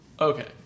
Okay